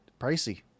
pricey